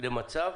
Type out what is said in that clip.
למצב